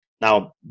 Now